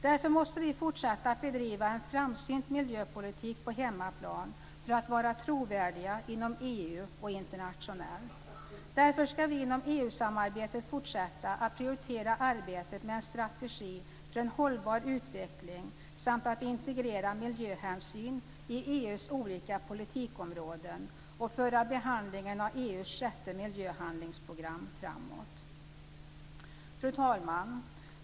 Därför måste vi fortsätta att bedriva en framsynt miljöpolitik på hemmaplan för att vara trovärdiga inom EU och internationellt. Därför ska vi inom EU-samarbetet fortsätta att prioritera arbetet med en strategi för en hållbar utveckling samt att integrera miljöhänsyn i EU:s olika politikområden och föra behandlingen av EU:s sjätte miljöhandlingsprogram framåt! Fru talman!